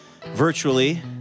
virtually